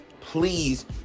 Please